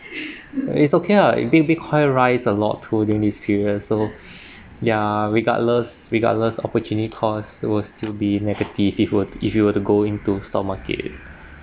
it's okay ah it will be high rise a lot towards the end of these periods so ya regardless regardless opportunity cost they will still be negative if you if you were to go into stock market